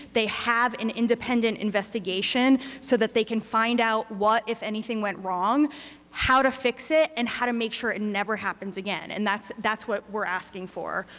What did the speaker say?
they have an independent investigation so that they can find out what, if anything, went wrong how to fix it, and how to make sure it and never happens again, and that's that's what we're asking for.